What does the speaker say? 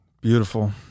Beautiful